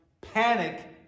panic